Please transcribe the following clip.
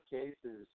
cases